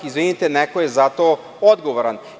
Izvinite, neko je za to odgovoran.